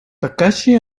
takashi